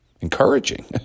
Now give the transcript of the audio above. encouraging